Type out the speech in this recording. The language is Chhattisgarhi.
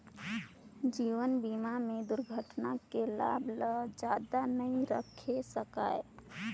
जीवन बीमा में दुरघटना के लाभ ल जादा नई राखे सकाये